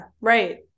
right